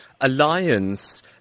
alliance